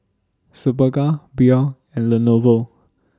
Superga Biore and Lenovo